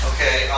Okay